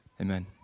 Amen